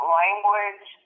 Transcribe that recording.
language